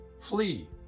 Flee